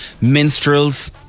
minstrels